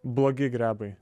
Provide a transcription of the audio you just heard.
blogi grebai